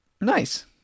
Nice